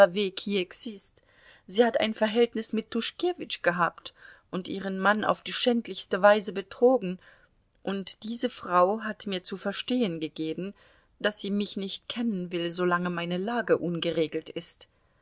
sie hat ein verhältnis mit tuschkewitsch gehabt und ihren mann auf die schändlichste weise betrogen und diese frau hat mir zu verstehen gegeben daß sie mich nicht kennen will solange meine lage ungeregelt ist